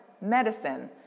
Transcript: medicine